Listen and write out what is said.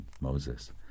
Moses